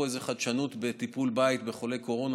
איזה חדשנות בטיפול בית בחולי קורונה,